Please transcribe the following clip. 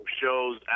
shows